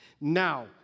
Now